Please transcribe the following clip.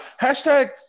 Hashtag